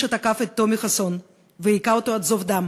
שתקף את טומי חסון והכה אותו עד זוב דם.